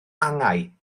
angau